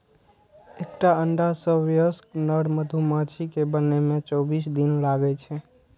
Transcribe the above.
एकटा अंडा सं वयस्क नर मधुमाछी कें बनै मे चौबीस दिन लागै छै